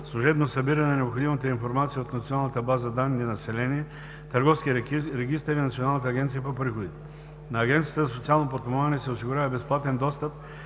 служебно събиране на необходимата информация от Национална база данни „Население“, Търговския регистър и Националната агенция по приходите. На Агенцията за социално подпомагане се осигурява безплатен достъп